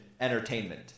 entertainment